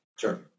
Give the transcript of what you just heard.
Sure